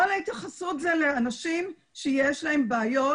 כל ההתייחסות היא לאנשים שיש להם בעיות